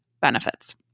benefits